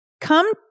Come